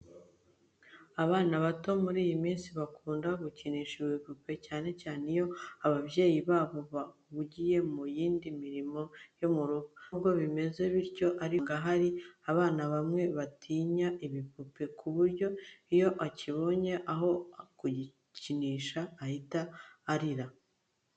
Abana bato muri iyi minsi bakunda gukinisha ibipupe cyane cyane iyo ababyeyi babo bahugiye mu yindi mirimo yo mu rugo. Nubwo bimeze bityo ariko usanga hari abana bamwe batinya ibipupe ku buryo iyo akibonye aho kukishimira ahita arira.